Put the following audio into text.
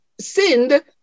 sinned